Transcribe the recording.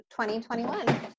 2021